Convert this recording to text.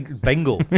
Bingo